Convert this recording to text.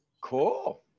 Cool